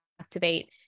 activate